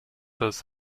des